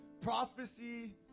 Prophecy